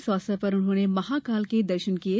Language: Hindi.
इस अवसर पर उन्होंने महाकाल के दर्शन किये